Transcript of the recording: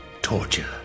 torture